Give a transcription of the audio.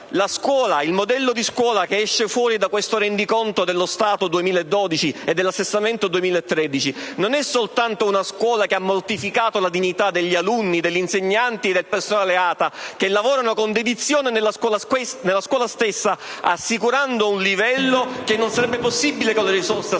il modello di scuola che esce da questo rendiconto dello Stato 2012 e dall'assestamento 2013 non solo ha mortificato la dignità degli alunni, degli insegnanti e del personale ATA, che lavorano con dedizione, assicurando un livello che non sarebbe possibile con le risorse assegnate,